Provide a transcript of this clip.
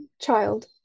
child